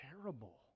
terrible